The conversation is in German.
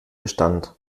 bestand